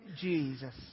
Jesus